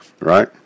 right